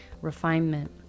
refinement